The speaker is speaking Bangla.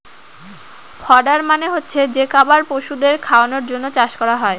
ফডার মানে হচ্ছে যে খাবার পশুদের খাওয়ানোর জন্য চাষ করা হয়